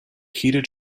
heated